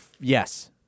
yes